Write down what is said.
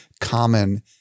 common